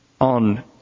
on